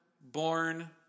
Born